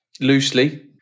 Loosely